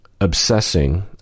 obsessing